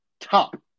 top